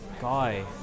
guy